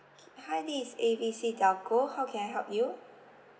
K hi this is A B C telco how can I help you